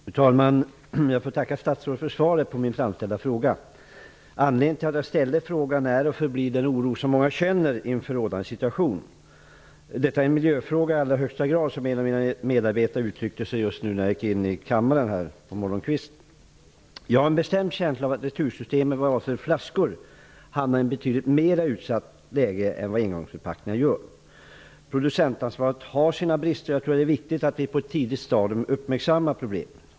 Fru talman! Jag får tacka statsrådet för svaret på min framställda interpellation. Anledningen till att jag framställde interpellationen är den oro som många känner inför rådande situation. Detta är en miljöfråga i allra högsta grad, som en av mina medarbetare uttryckte sig just innan jag gick in i kammaren här på morgonkvisten. Jag har en bestämd känsla av att retursystemen vad avser flaskor hamnar i ett betydligt mera utsatt läge än vad engångsförpackningar gör. Producentansvaret har sina brister. Jag tror att det är viktigt att vi på ett tidigt stadium uppmärksammar problemet.